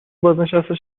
بازنشسته